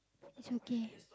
it's okay